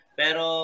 pero